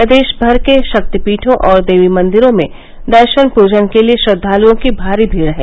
प्रदेश भर के शक्तिपीठो और देवीमंदिरों में दर्शन पूजन के लिए श्रद्वालुओं की भारी भीड है